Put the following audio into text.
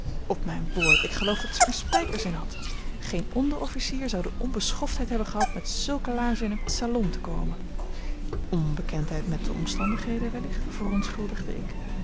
op mijn woord ik geloof dat zij er spijkers in had geen onderofficier zou de onbeschoftheid hebben gehad met zulke laarzen in een salon te komen onbekendheid met de omstandigheden wellicht verontschuldigde ik